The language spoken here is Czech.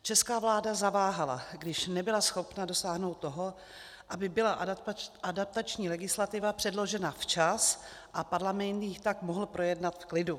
Česká vláda zaváhala, když nebyla schopna dosáhnout toho, aby byla adaptační legislativa předložena včas a Parlament ji tak mohl projednat v klidu.